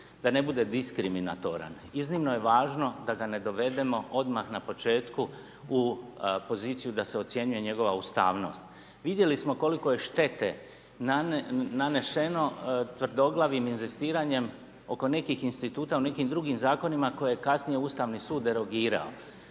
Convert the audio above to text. da ne bude diskriminatoran. Iznimno je važno da ga ne dovedemo odmah na početku u poziciju da se ocjenjuje njegova ustavnost. Vidjeli smo koliko je štete naneseno tvrdoglavim inzistiranjem oko nekih instituta, u nekim drugim zakonima koje je kasnije Ustavni sud derogirao.